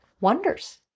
wonders